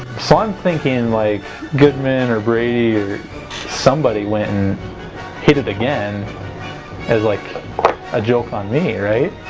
so i'm thinking like goodman or brady or somebody went and hid it again as like a joke on me right